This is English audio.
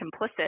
complicit